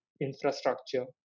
infrastructure